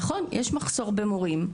נכון יש מחסור במורים,